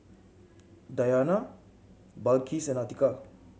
Dayana Balqis and Atiqah